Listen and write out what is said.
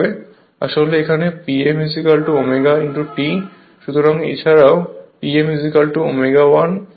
আসলে এখানে Pm ω T সুতরাং এবং এছাড়াও Pm ω 1 S PG হয়